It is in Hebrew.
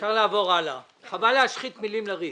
אפשר לעבור הלאה, חבל להשחית מילים לריק.